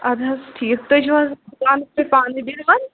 اَدٕ حظ ٹھیٖک تُہۍ چھُ حظ دُکانَس پٮ۪ٹھ پانَے بیٚہوَان